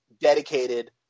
dedicated